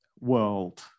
world